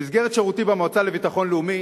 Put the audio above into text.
במסגרת שירותי במועצה לביטחון לאומי